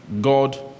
God